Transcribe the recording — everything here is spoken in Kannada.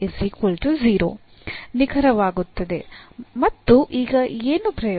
ಮತ್ತು ಈಗ ಏನು ಪ್ರಯೋಜನ